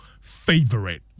favorite